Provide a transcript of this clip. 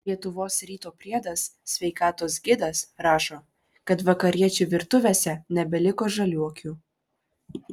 lietuvos ryto priedas sveikatos gidas rašo kad vakariečių virtuvėse nebeliko žaliuokių